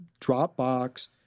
Dropbox